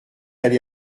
allée